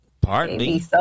Partly